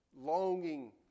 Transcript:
longing